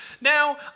Now